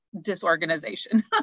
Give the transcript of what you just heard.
disorganization